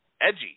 edgy